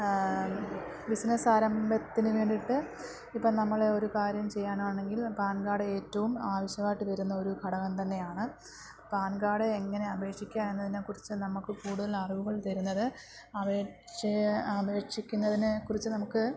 business ആരംഭത്തിന് വേണ്ടിയിട്ട് ഇപ്പോള് നമ്മള് ഒരു കാര്യം ചെയ്യാനാണെങ്കിൽ പാൻ കാർഡ് ഏറ്റവും ആവശ്യമായിട്ട് വരുന്ന ഒരു ഘടകം തന്നെയാണ് പാൻ കാർഡ് എങ്ങനെ അപേക്ഷിക്കാം എന്നതിനെ കുറിച്ച് നമ്മള്ക്ക് കൂടുതൽ അറിവുകൾ തരുന്നത് അപേക്ഷയെ അപേക്ഷിക്കുന്നതിനെ കുറിച്ച് നമുക്ക്